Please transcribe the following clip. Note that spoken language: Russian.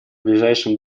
ближайшем